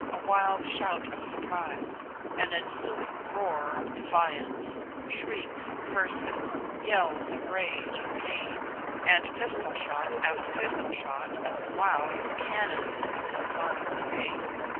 a wild shout of surprise an ensuing roar of defiance shrieks and curses yells of rage and pain and pistol-shot after pistol-shot as loud as cannon in the confined space.